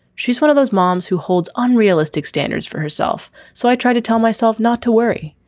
she's one of those moms who holds unrealistic standards for herself. so i tried to tell myself not to worry.